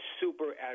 super